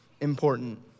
important